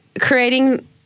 creating